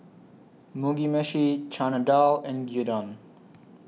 Mugi Meshi Chana Dal and Gyudon